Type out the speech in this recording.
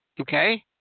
okay